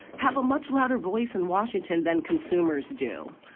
have a much louder voice in washington than consumers do.